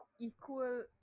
equal